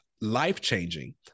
life-changing